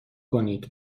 کنید